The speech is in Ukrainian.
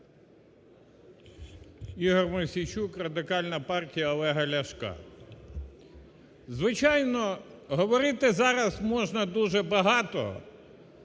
Ігор Мосійчук, Радикальна партія Олега Ляшка. Звичайно, говорити зараз можна дуже багато